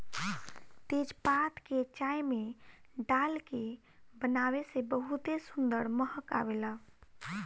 तेजपात के चाय में डाल के बनावे से बहुते सुंदर महक आवेला